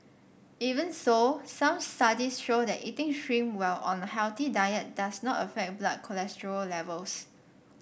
even so some studies show that eating shrimp while on a healthy diet does not affect blood cholesterol levels